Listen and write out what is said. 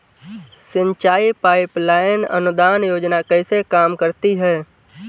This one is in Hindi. सिंचाई पाइप लाइन अनुदान योजना कैसे काम करती है?